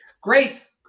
Grace